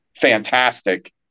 fantastic